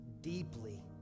deeply